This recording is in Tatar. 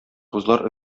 кызлар